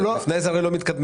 לפני כן הרי לא מתקדמים.